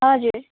हजुर